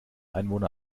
einwohner